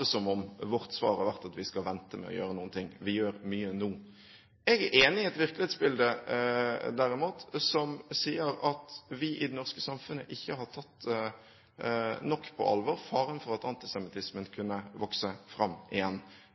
som om vårt svar har vært at vi skal vente med å gjøre noen ting. Vi gjør mye nå. Jeg er derimot enig i et virkelighetsbilde som sier at vi i det norske samfunnet ikke har tatt nok på alvor faren for at antisemittismen kunne vokse fram igjen.